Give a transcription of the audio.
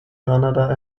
granada